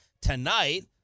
tonight